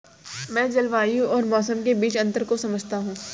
मैं जलवायु और मौसम के बीच अंतर को समझता हूं